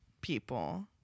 people